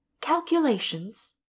Calculations